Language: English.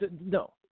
no